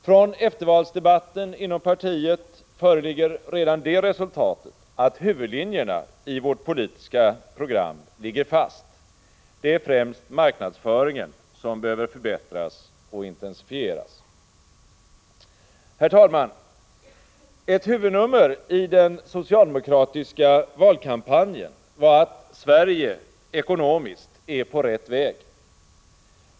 Från eftervalsdebatten inom partiet föreligger redan det resultatet att huvudlinjerna i vårt politiska program ligger fast. Det är främst marknadsföringen som behöver förbättras och intensifieras. Herr talman! Ett huvudnummer i den socialdemokratiska valkampanjen var att Sverige ekonomiskt är på rätt väg.